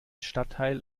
stadtteil